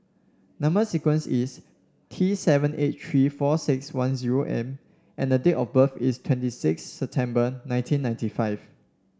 number sequence is T seven eight three four six one zero M and the date of birth is twenty six September nineteen ninety five